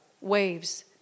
waves